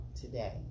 today